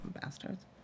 Bastards